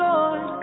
Lord